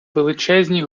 величезні